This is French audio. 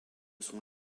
son